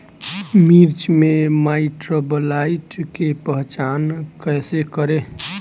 मिर्च मे माईटब्लाइट के पहचान कैसे करे?